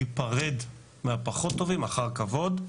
להיפרד מהפחות טובים אחר כבוד.